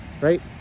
right